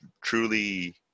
truly